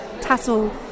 tassel